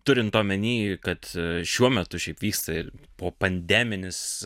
turint omeny kad šiuo metu šiaip vyksta ir po pandeminis